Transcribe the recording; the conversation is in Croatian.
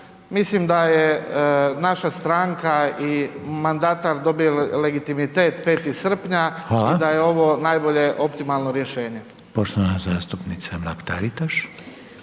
mislim da je naša stranka i mandatar dobio legitimitet 5. srpnja .../Upadica: Hvala./... i da je ovo najbolje optimalno rješenje.